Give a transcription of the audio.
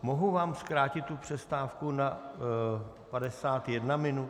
Mohu vám zkrátit přestávku na 51 minut?